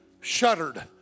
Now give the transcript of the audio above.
shuddered